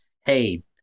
hey